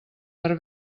per